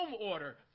order